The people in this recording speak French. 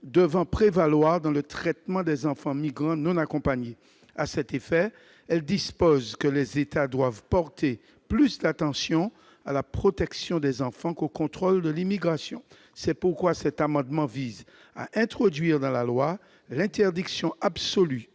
devant prévaloir dans le traitement des enfants migrants non accompagnés. À cet effet, elle dispose que les États doivent porter plus d'attention à la protection des enfants qu'au contrôle de l'immigration. C'est pourquoi cet amendement vise à introduire dans la loi l'interdiction absolue